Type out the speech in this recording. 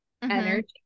energy